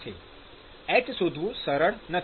h શોધવું સરળ નથી